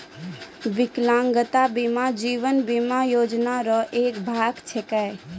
बिकलांगता बीमा जीवन बीमा योजना रो एक भाग छिकै